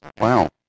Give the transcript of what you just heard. Wow